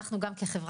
גם כחברה,